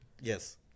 Yes